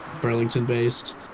Burlington-based